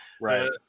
right